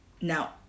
Now